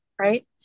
Right